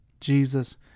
Jesus